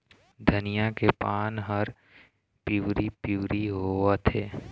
धनिया के पान हर पिवरी पीवरी होवथे?